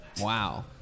Wow